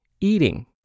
eating